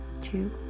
two